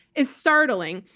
is startling.